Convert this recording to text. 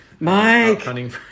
Mike